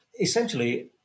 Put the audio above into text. essentially